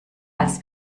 als